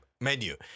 menu